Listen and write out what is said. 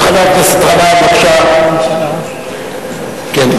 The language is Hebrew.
אם כך, יש לנו הצעה אחרת אחת, של חבר הכנסת גנאים.